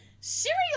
cereal